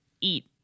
eat